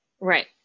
Right